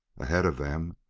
ahead of them,